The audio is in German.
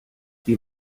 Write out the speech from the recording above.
die